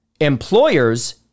Employers